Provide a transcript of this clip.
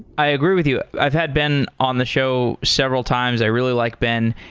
i agree with you. i've had been on the show several times. i really like ben.